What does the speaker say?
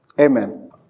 Amen